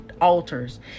altars